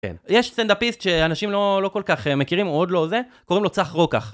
יש סנדאפיסט שאנשים לא כל כך מכירים או עוד לא זה, קוראים לו צח רוקח.